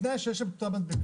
בתנאי שיש להם את המדבקה,